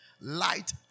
Light